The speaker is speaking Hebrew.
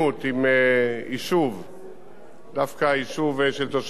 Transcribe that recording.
דווקא יישוב של תושבים בדואים, לאורך הציר.